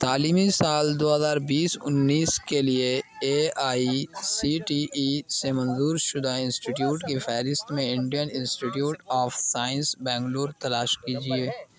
تعلیمی سال دو ہزار بیس انیس کے لیے لیے A I C T E سے منظور شدہ انسٹیٹیوٹ کی فہرست میں Indian institute of science Bangalore تلاش کیجیے